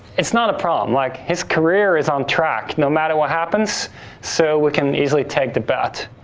it's not a problem. like his career is on track no matter what happens so we can easily take the bet.